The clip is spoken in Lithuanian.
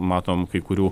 matom kai kurių